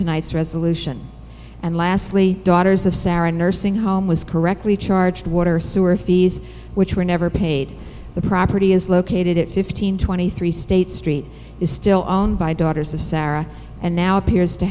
tonight's resolution and lastly daughters of sarah nursing home was correctly charged water sewer fees which were never paid the property is located at fifteen twenty three states street is still owned by daughters of sarah and now appears to